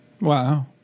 Wow